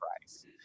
price